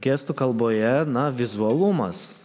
gestų kalboje na vizualumas